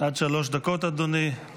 עד שלוש דקות לרשותך,